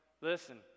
Listen